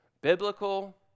Biblical